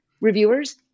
reviewers